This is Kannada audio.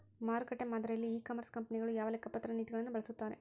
ಮಾರುಕಟ್ಟೆ ಮಾದರಿಯಲ್ಲಿ ಇ ಕಾಮರ್ಸ್ ಕಂಪನಿಗಳು ಯಾವ ಲೆಕ್ಕಪತ್ರ ನೇತಿಗಳನ್ನು ಬಳಸುತ್ತಾರೆ?